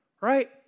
Right